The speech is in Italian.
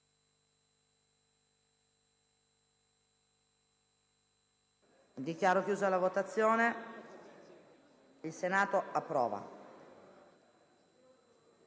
Dichiaro chiusa la votazione. Il Senato non